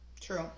True